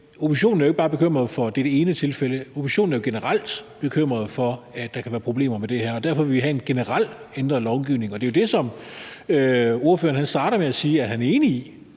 oppositionen er jo ikke bare bekymret for dette ene tilfælde; oppositionen er generelt bekymret for, at der kan være problemer med det her, og derfor vil vi have en generel ændring af lovgivningen. Det er det, som ordføreren starter med at sige han er enig i,